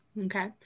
Okay